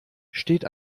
steht